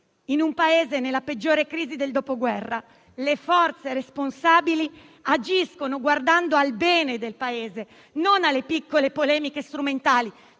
In un Paese che vive la peggiore crisi del dopoguerra, le forze responsabili agiscono guardando al bene del Paese, e non alle piccole polemiche strumentali.